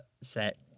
set